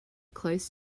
close